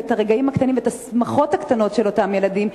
ואת הרגעים הקטנים ואת השמחות הקטנות של אותם ילדים,